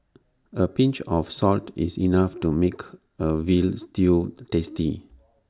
A pinch of salt is enough to make A Veal Stew tasty